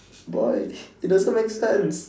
boy it doesn't make sense